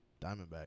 Diamondback